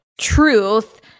truth